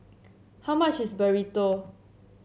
how much is Burrito